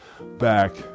back